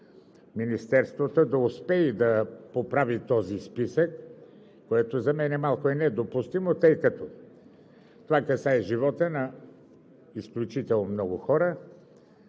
Министерството да успее и да поправи този списък, което за мен е малко недопустимо, тъй като това касае живота на изключително много хора,